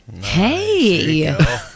hey